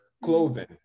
clothing